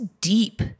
deep